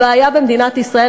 הבעיה במדינת ישראל,